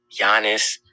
Giannis